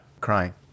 crying